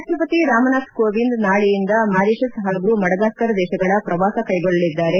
ರಾಷ್ಟಪತಿ ರಾಮನಾಥ್ ಕೋವಿಂದ್ ನಾಳೆಯಿಂದ ಮಾರಿಷಸ್ ಹಾಗೂ ಮಡಗಾಸ್ಕರ್ ದೇಶಗಳ ಪ್ರವಾಸ ಕೈಗೊಳ್ಳಲಿದ್ದಾರೆ